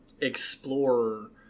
explorer